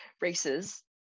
races